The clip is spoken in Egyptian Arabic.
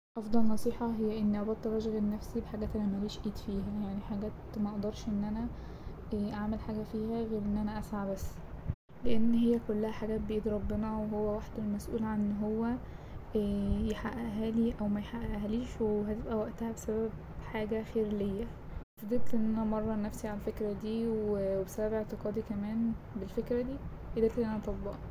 أفضل نصيحة هي إني أبطل أشغل نفسي بحاجات أنا مليش أيد فيها يعني حاجات مقدرش إن أنا أعمل حاجة فيها غير إن انا أسعى بس لأن هي كلها حاجات بأيد ربنا وهو وحده المسئول عن إن هو يحققهالي أو ميحققهاليش وهتبقى وقتها بسبب حاجة خير ليا ،فضلت إن انا امرن نفسي على الفكرة دي وبسبب اعتقادي كمان بالفكرة دي قدرت إن أنا اطبقها.